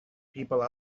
people